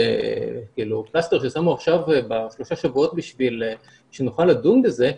זה כאילו --- לנו עכשיו בשלושה שבועות בשביל שנוכל לדון בזה.